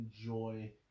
enjoy